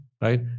right